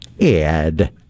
Ed